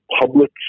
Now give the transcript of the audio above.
public